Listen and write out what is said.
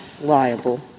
liable